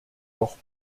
doch